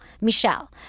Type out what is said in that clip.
Michelle